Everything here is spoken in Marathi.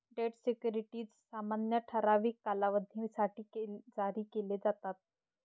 डेट सिक्युरिटीज सामान्यतः ठराविक कालावधीसाठी जारी केले जातात